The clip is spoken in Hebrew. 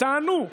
תענו.